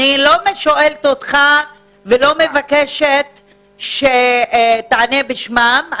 אני לא שואלת אותך ולא מבקשת שתענה בשמם.